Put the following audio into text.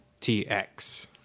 TX